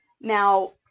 Now